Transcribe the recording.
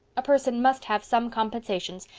a person must have some compensations.